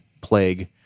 Plague